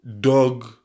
dog